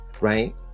right